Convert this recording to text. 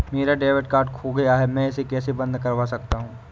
मेरा debit card खो गया है मैं इसे कैसे बंद करवा सकता हूँ?